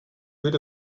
rid